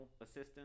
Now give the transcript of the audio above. assistance